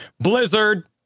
Blizzard